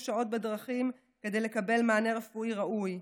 שעות בדרכים כדי לקבל מענה רפואי ראוי.